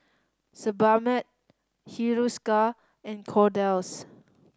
Sebamed Hiruscar and Kordel's